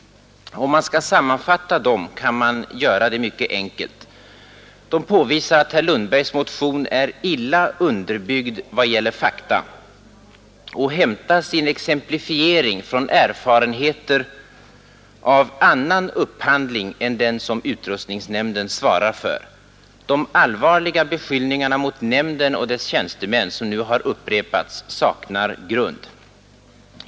Om man skall sammanfatta dem kan man göra det mycket enkelt: de påvisar att herr Lundbergs motion är illa underbyggd i vad gäller fakta och hämtar sin exemplifiering från erfarenheter av annan upphandling än den som utrustningsnämnden svarar för. De allvarliga beskyllningarna mot nämnden och dess tjänstemän som nu har upprepats saknar grund.